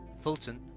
Fulton